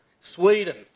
Sweden